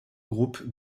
groupe